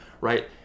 right